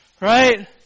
Right